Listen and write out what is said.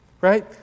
Right